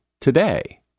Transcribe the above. today